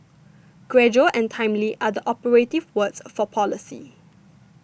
gradual and timely are the operative words for policy